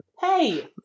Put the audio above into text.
Hey